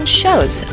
shows